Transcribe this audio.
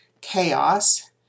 chaos